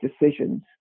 decisions